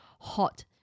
hot